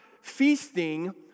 feasting